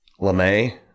LeMay